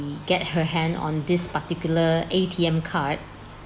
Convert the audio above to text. the get her hand on this particular A_T_M card